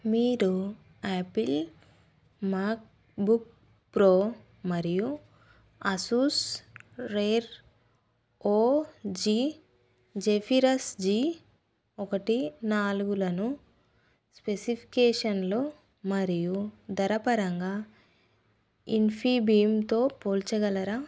మీరు Apple MacBook Pro మరియు Asus ROG Zephyrus G ఒకటి నాలుగులను స్పెసిఫికేషన్లు మరియు ధర పరంగా ఇన్ఫీబీమ్తో పోల్చగలరా